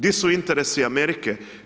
Di su interesi Amerike?